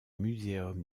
museum